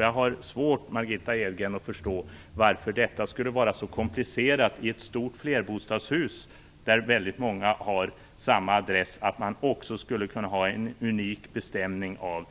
Jag har svårt att förstå, Margitta Edgren, varför det skulle vara så komplicerat att i ett stort flerbostadshus, där väldigt många har samma adress, ha en unik bestämning av